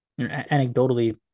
anecdotally